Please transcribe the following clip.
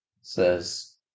Says